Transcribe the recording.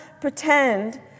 pretend